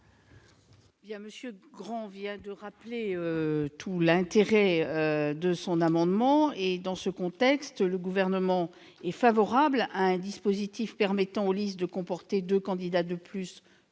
M. Grand vient de rappeler tout l'intérêt de son amendement. Dans ce contexte, le Gouvernement est favorable à un dispositif qui permettrait aux listes de comporter deux candidats